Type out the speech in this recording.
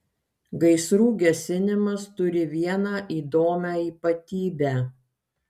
gaisrų gesinimas turi vieną įdomią ypatybę